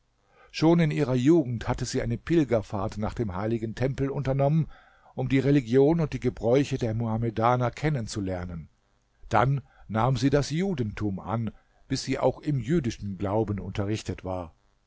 schon in ihrer jugend hatte sie eine pilgerfahrt nach dem heiligen tempel unternommen um die religion und die gebräuche der muhamedaner kennenzulernen dann nahm sie das judentum an bis sie auch im jüdischen glauben unterrichtet war